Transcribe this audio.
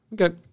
Okay